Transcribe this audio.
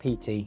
PT